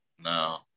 no